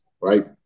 right